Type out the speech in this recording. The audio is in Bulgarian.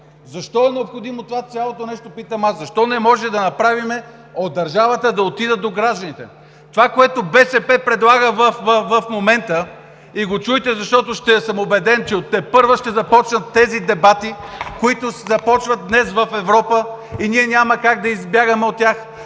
Защо е необходимо това цялото нещо – питам аз?! Защо не може да направим от държавата да отидат до гражданите? Онова, което БСП предлага в момента, и го чуйте, защото съм убеден, че тепърва ще започнат тези дебати, които започват днес в Европа, и ние няма как да избягаме от тях